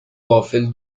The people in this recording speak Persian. وافل